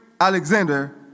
Alexander